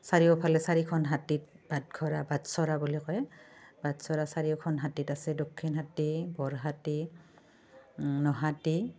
চাৰিওফালে চাৰিওখন হাটীত বাটঘৰা বাটচ'ৰা বুলি কয় বাটচ'ৰা চাৰিওখন হাটীত আছে দক্ষিণহাটী বৰহাটী নহাটী